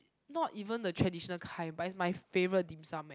not even the traditional kind but is my favourite dim sum eh